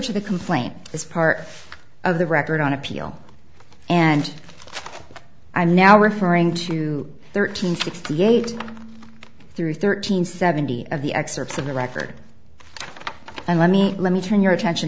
to the complaint is part of the record on appeal and i'm now referring to thirteen sixty eight through thirteen seventy of the excerpts of the record and let me let me turn your attention